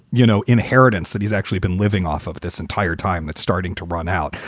you know, inheritance that he's actually been living off of this entire time that's starting to run out.